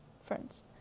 friends